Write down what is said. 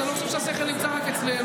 אני לא חושב שהשכל נמצא רק אצלנו,